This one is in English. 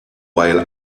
while